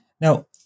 Now